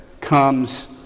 comes